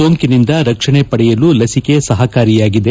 ಸೋಂಕಿನಿಂದ ರಕ್ಷಣೆ ಪಡೆಯಲು ಲಸಿಕೆ ಸಹಕಾರಿಯಾಗಿದೆ